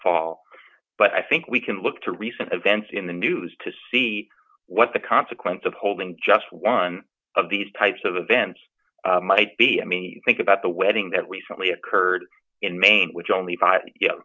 fall but i think we can look to recent events in the news to see what the consequence of holding just one of these types of events might be i mean think about the wedding that recently occurred in maine which only